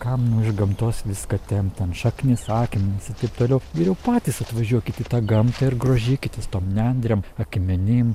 kam nu iš gamtos viską tempt ten šaknis akmenis ir toliau geriau patys atvažiuokit į tą gamtą ir grožėkitės tom nendrėm akmenim